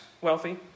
wealthy